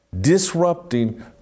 Disrupting